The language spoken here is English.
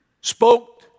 spoke